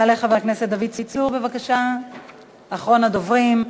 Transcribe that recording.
יעלה חבר הכנסת דוד צור, אחרון הדוברים.